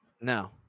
No